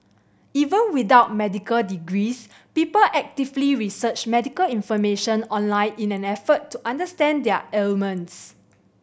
even without medical degrees people actively research medical information online in an effort to understand their ailments